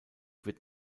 wird